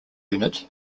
unit